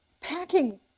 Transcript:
packing